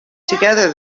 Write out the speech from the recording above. together